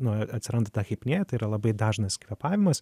nu atsiranda tachipnėja tai yra labai dažnas kvėpavimas